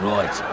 Right